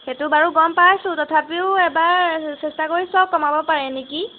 সেইটো বাৰু গম পাইছোঁ তথাপিও এবাৰ চেষ্টা কৰি চাওক কমাব পাৰে নেকি